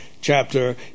chapter